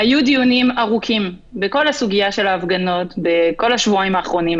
היו דיונים ארוכים בכל הסוגיה של ההפגנות בשבועיים האחרונים.